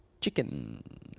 chicken